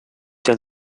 denn